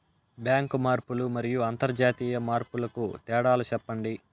Bank మార్పులు మరియు అంతర్జాతీయ మార్పుల కు తేడాలు సెప్పండి?